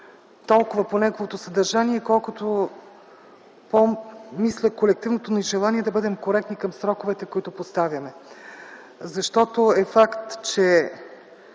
толкова по съдържание, колкото по колективното ни желание да бъдем коректни към сроковете, които поставяме. Факт е, че